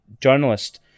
journalist